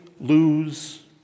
lose